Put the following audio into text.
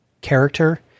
character